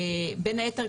בין היתר,